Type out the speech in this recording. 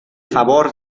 favor